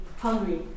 hungry